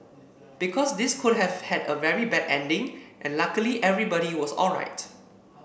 because this could have had a very bad ending and luckily everybody was alright